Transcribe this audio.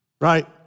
right